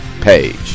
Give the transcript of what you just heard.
Page